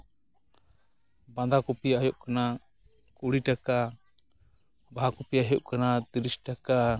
ᱵᱟᱸᱫᱟ ᱠᱚᱯᱤᱭᱟᱜ ᱦᱩᱭᱩᱜ ᱠᱟᱱᱟ ᱠᱩᱲᱤ ᱴᱟᱠᱟ ᱵᱟᱦᱟ ᱠᱚᱯᱤᱭᱟᱜ ᱦᱩᱭᱩᱜ ᱠᱟᱱᱟ ᱛᱤᱨᱤᱥ ᱴᱟᱠᱟ